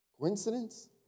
Coincidence